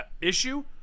issue